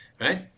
right